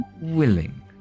willing